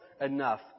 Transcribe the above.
enough